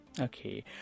okay